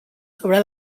sobre